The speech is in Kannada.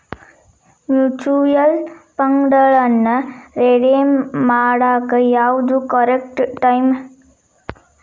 ಮ್ಯೂಚುಯಲ್ ಫಂಡ್ಗಳನ್ನ ರೆಡೇಮ್ ಮಾಡಾಕ ಯಾವ್ದು ಕರೆಕ್ಟ್ ಟೈಮ್